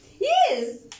Yes